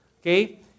okay